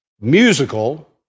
musical